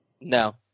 No